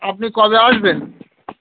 আপনি কবে আসবেন